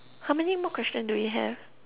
how many more question do we have